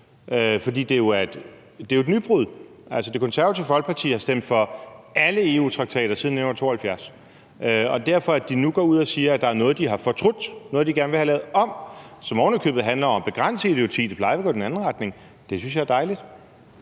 det jo er et nybrud. Altså, Det Konservative Folkeparti har stemt for alle EU-traktater siden 1972, og derfor synes jeg, at det er dejligt, at de nu går ud og siger, at der er noget, de har fortrudt, og noget, de gerne vil have lavet om, som ovenikøbet handler om at begrænse idioti – det plejer at gå i den anden retning. Kl. 15:29 Formanden